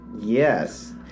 Yes